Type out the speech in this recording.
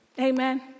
Amen